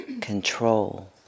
control